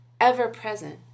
ever-present